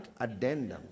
Addendum